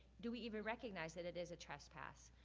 do we even recognize that it is a trespass?